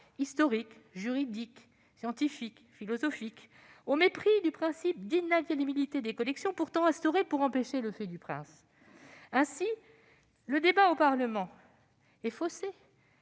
historique, juridique, scientifique, philosophique, au mépris du principe d'inaliénabilité des collections, pourtant instauré pour empêcher le « fait du prince ». Ainsi le débat au Parlement est-il faussé